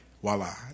voila